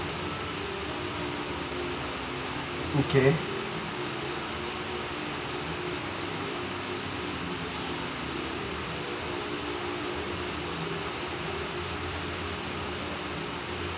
okay